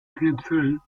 schnipseln